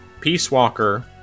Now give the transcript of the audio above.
Peacewalker